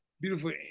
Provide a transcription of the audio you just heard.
beautiful